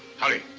hurry.